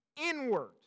inward